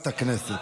בסדר גמור.